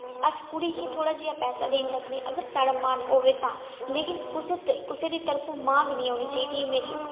अस कुड़ी गी थोह्ड़ा जेहा पैसा देई सकने अगर साढ़ा मन होऐ तां लेकिन कुसै दे कुसै दी तरफों मांग नेईं औनी चाहिदी एह् मेरी